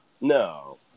no